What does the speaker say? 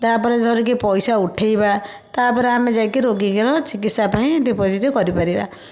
ତା'ପରେ ଧରିକି ପଇସା ଉଠାଇବା ତା'ପରେ ଆମେ ଯାଇ କରି ରୋଗୀର ଚିକିତ୍ସା ପାଇଁ ଡ଼ିପୋଜିଟ୍ କରିପାରିବା